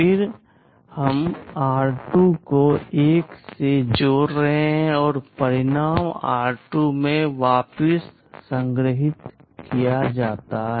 फिर हम r2 को 1 में जोड़ रहे हैं और परिणाम r2 में वापस संग्रहीत किया जाता है